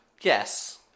yes